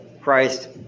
Christ